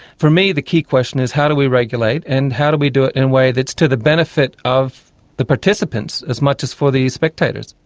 for me, the key question is how do we regulate and how do we do it in a way that's to the benefit of the participants as much as for the spectators.